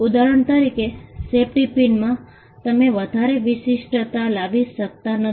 ઉદાહરણ તરીકે સેફટી પિનમાં તમે વધારે વિશિષ્ટતા લાવી શકતા નથી